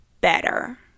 better